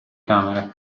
camere